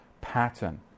pattern